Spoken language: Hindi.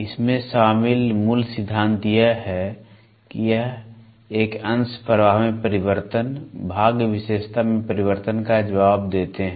इसमें शामिल मूल सिद्धांत यह है कि एक अंश प्रवाह में परिवर्तन भाग विशेषता में परिवर्तन का जवाब देते हैं